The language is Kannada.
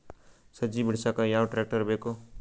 ಸಜ್ಜಿ ಬಿಡಸಕ ಯಾವ್ ಟ್ರ್ಯಾಕ್ಟರ್ ಬೇಕು?